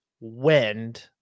wind